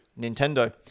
Nintendo